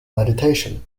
meditation